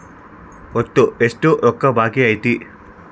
ಒಟ್ಟು ಎಷ್ಟು ರೊಕ್ಕ ಬಾಕಿ ಐತಿ?